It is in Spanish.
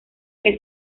que